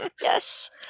Yes